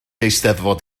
eisteddfod